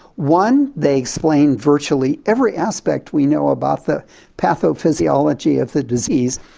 one, they explain virtually every aspect we know about the pathophysiology of the disease,